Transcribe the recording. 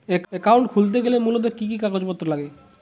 Account খুলতে গেলে মূলত কি কি কাগজপত্র লাগে?